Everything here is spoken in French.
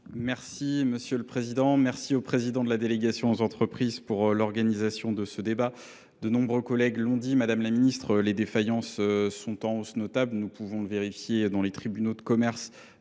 Merci Monsieur le Président, merci au Président de la délégation aux entreprises pour l'organisation de ce débat. De nombreux collègues l'ont dit, Madame la Ministre, les défaillances sont en hausse notable. Nous pouvons vérifier dans les tribunaux de commerce